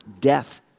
death